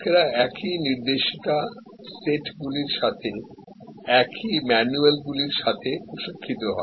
লোকেরা একই নির্দেশিকা সেটগুলির এবং একই ম্যানুয়ালগুলির সাথে প্রশিক্ষিত হয়